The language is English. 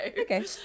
Okay